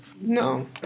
No